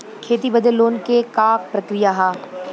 खेती बदे लोन के का प्रक्रिया ह?